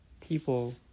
people